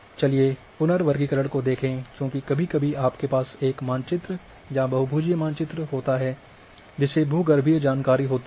चलिए पुनर्वर्गीकरण को देखें क्योंकि कभी कभी आपके पास एक मानचित्र या बहुभुजीय मानचित्र होता है जिसमे भूगर्भीय जानकारी होती है